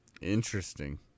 Interesting